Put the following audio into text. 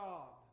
God